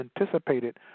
anticipated